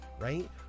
right